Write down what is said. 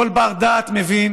כל בר-דעת מבין